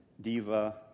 Diva